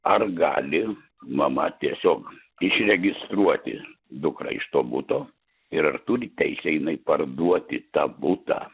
ar gali mama tiesiog išregistruoti dukrą iš to buto ir ar turi teisę jinai parduoti tą butą